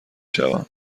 شوم